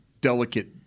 delicate